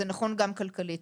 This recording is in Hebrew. וזה נכון גם כלכלית.